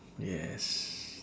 yes